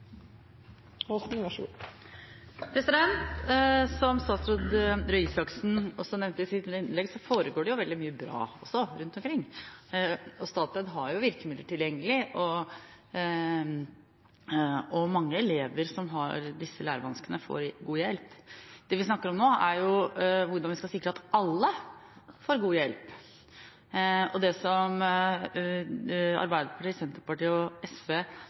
også veldig mye bra rundt omkring. Statped har jo virkemidler tilgjengelig, og mange elever som har disse lærevanskene, får god hjelp. Det vi snakker om nå, er hvordan vi skal sikre at alle får god hjelp. Det som Arbeiderpartiet, Senterpartiet og SV